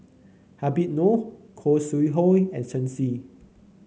Habib Noh Khoo Sui Hoe and Shen Xi